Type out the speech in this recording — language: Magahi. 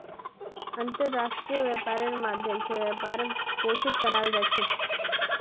अन्तर्राष्ट्रीय व्यापारेर माध्यम स व्यापारक पोषित कराल जा छेक